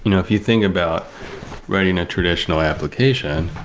you know if you think about writing a traditional application,